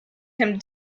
him